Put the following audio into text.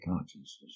consciousness